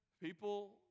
people